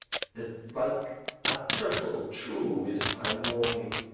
that like a turtle true is my mourning.